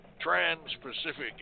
Trans-Pacific